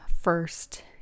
first